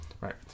right